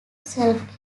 self